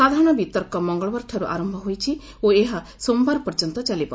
ସାଧାରଣ ବିତର୍କ ମଙ୍ଗଳବାରଠାର୍ଚ ଆରମ୍ଭ ହୋଇଛି ଓ ଏହା ସୋମବାର ପର୍ଯ୍ୟନ୍ତ ଚାଲିବ